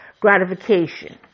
gratification